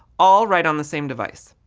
all right on the same device.